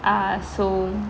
ah so